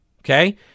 okay